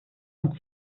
und